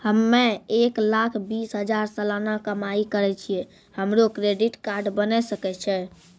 हम्मय एक लाख बीस हजार सलाना कमाई करे छियै, हमरो क्रेडिट कार्ड बने सकय छै?